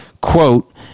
Quote